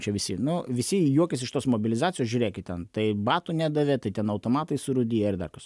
čia visi nu visi juokiasi iš tos mobilizacijos žiūrėkite ten tai batų nedavė tai ten automatai surūdiję ir dar kas